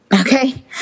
okay